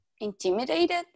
intimidated